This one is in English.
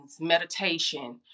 meditation